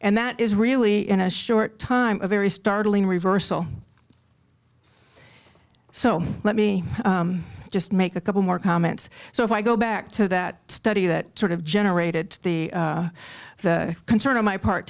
and that is really in a short time a very startling reversal so let me just make a couple more comments so if i go back to that study that sort of generated the concern on my part